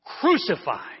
crucified